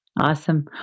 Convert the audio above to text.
Awesome